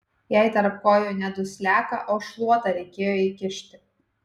jai tarp kojų ne dusliaką o šluotą reikėjo įkišti